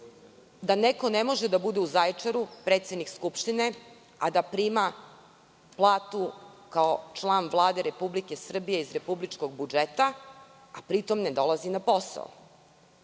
da neko ne može da bude u Zaječaru predsednik Skupštine, a da prima platu kao član Vlade Republike Srbije iz republičkog budžeta, a da pri tom ne dolazi na posao